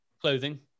clothing